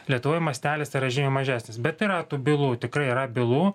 lietuvoj mastelis tai yra žymiai mažesnis bet yra tų bylų tikrai yra bylų